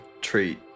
treat